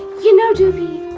you know doopey,